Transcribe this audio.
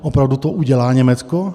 Opravdu to udělá Německo?